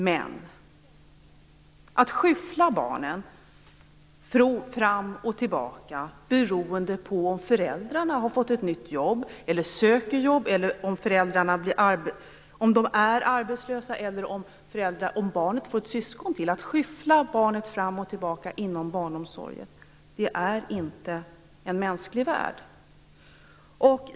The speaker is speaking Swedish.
Men att skyffla barnen fram och tillbaka inom barnomsorgen beroende på om föräldrarna har fått ett nytt jobb, söker jobb, blir eller är arbetslösa eller om barnet får ett syskon gör man inte i en mänsklig värld.